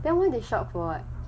then why they shocked for what